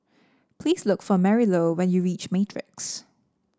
please look for Marylou when you reach Matrix